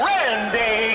Randy